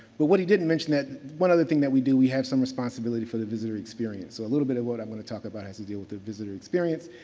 but, what he didn't mention that, one other thing that we do, we have some responsibility for the visitor experience. so, a little bit of what i'm going to talk about has to do with the visitor experience.